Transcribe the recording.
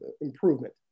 improvement